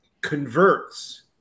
converts